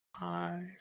five